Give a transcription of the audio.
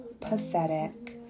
pathetic